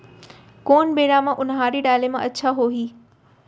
कोन बेरा म उनहारी डाले म अच्छा होही?